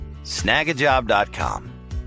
snagajob.com